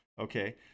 okay